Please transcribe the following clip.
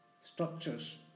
structures